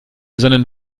sondern